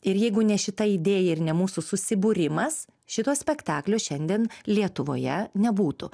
ir jeigu ne šita idėja ir ne mūsų susibūrimas šito spektaklio šiandien lietuvoje nebūtų